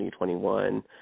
2021